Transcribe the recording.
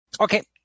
Okay